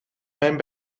mijn